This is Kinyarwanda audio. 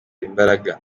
imbaraga